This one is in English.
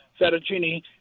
fettuccine